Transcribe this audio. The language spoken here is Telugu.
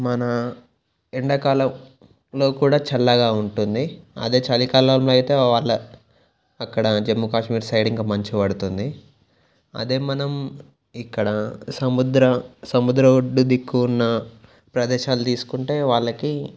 మన ఎండాకాలంలో కూడా చల్లగా ఉంటుంది అదే చలికాలంలో అయితే వాళ్ళ అక్కడ జమ్మూ కాశ్మీర్ సైడ్ ఇంకా మంచుబడుతుంది అదే మనం ఇక్కడ సముద్ర సముద్ర ఒడ్డు దిక్కు ఉన్న ప్రదేశాలు తీసుకుంటే వాళ్ళకి